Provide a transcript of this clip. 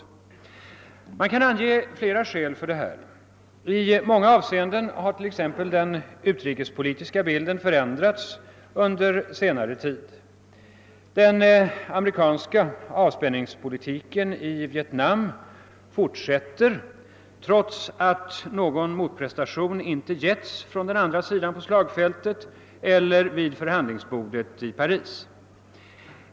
Man kan ange flera skäl för detta. I många avseenden har t.ex. den utrikespolitiska bilden förändrats under senare tid. Den amerikanska avspänningspolitiken i Vietnam fortsätter trots att någon motprestation inte getts från den andra sidan på slagfältet eller vid förhandlingsbordet i Paris.